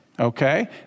Okay